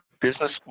Business